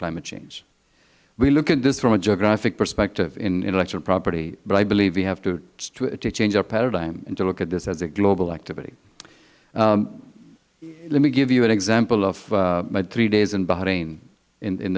climate change we look at this from a geographical perspective in intellectual property but i believe we have to change our paradigm and look at this as a global activity let me give you an example of my three days in